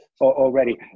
already